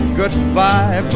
goodbye